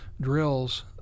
drills